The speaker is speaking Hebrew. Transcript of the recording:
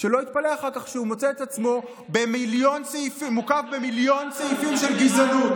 שלא יתפלא אחר כך שהוא מוצא את עצמו מוקף במיליון סעיפים של גזענות.